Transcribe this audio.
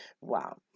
Wow